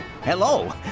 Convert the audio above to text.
hello